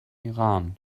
iran